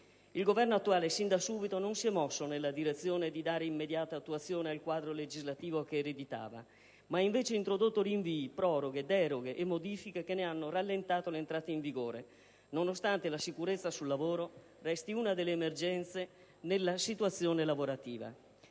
Il Governo attuale, sin da subito, non si è mosso nella direzione di dare immediata attuazione al quadro legislativo che ereditava, ma ha invece introdotto rinvii, proroghe, deroghe e modifiche che ne hanno rallentato l'entrata in vigore, nonostante la sicurezza sul lavoro resti una delle emergenze nella situazione lavorativa.